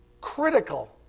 critical